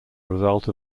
result